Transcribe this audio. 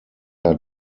unter